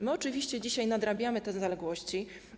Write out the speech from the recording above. My oczywiście dzisiaj nadrabiamy te zaległości.